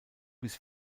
bis